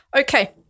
Okay